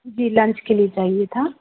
जी lunch के लिए चाहिए था